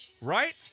Right